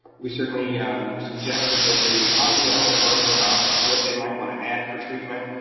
we certainly um suggested that they talk to their health department about what they might wanna add for treatment,